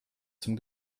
zum